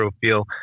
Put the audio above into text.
feel